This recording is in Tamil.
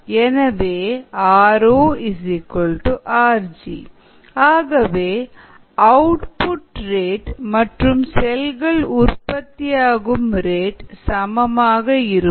எனவே 𝑟𝑜 𝑟𝑔 ஆகவே அவுட்புட் ரேட் மற்றும் செல்கள் உற்பத்தியாகும் ரேட் சமமாக இருக்கும்